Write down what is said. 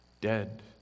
dead